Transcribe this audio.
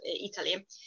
Italy